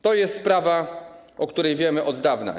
To jest sprawa, o której wiemy od dawna.